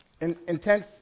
intense